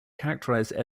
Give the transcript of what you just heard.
characterized